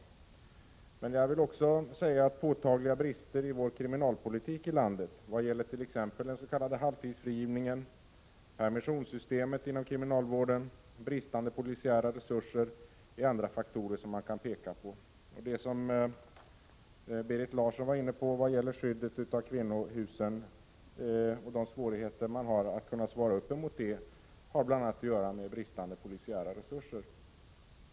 Jag vill säga att det också finns påtagliga brister i vår kriminalpolitik, t.ex. i vad gäller den s.k. halvtidsfrigivningen, permissionssystemet inom kriminalvården och de polisiära resurserna. Berit Larsson var inne på skyddet av kvinnohus. Svårigheterna att klara detta har bl.a. att göra med bristen på polisiära resurser.